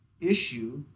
issue